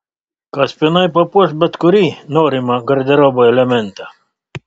kaspinai papuoš bet kurį norimą garderobo elementą